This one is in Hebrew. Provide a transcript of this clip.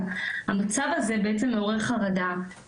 המצב הזה בעצם מעורר חרדה,